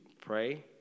pray